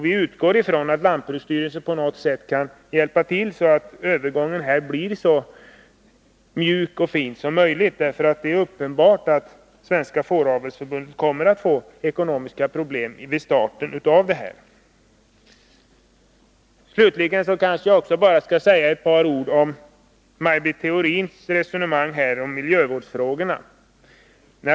Vi utgår från att lantbruksstyrelsen på något sätt kan hjälpa till, så att övergången blir så mjuk och smidig som möjligt. Det är uppenbart att Svenska fåravelsförbundet inledningsvis får ekonomiska problem. Slutligen vill jag också säga ett par ord beträffande Maj Britt Theorins resonemang här om miljövårdsfrågorna.